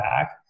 back